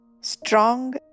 strong